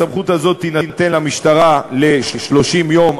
הסמכות הזאת תינתן למשטרה ל-30 יום,